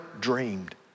dreamed